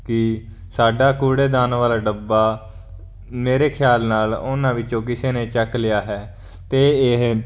ਕਿ ਸਾਡਾ ਕੂੜੇਦਾਨ ਵਾਲਾ ਡੱਬਾ ਮੇਰੇ ਖਿਆਲ ਨਾਲ ਉਹਨਾਂ ਵਿੱਚੋਂ ਕਿਸੇ ਨੇ ਚੱਕ ਲਿਆ ਹੈ ਅਤੇ ਇਹ